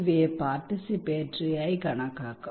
ഇവയെ പാർട്ടിസിപ്പേറ്ററി ആയി കണക്കാക്കണം